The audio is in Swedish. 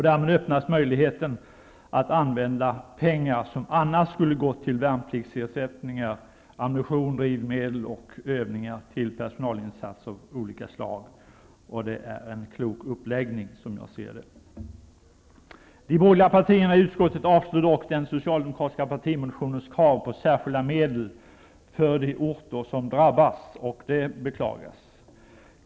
Därmed öppnas möjligheten att använda pengar som annars skulle gått till värnpliktsersättningar, ammunition, drivmedel, övningar och till personalinsatser av olika slag. Det är, som jag ser det, en klok uppläggning. De borgerliga partierna i utskottet avstyrker dock den socialdemokratiska partimotionens krav på särskilda medel för de orter som drabbas. Det beklagas.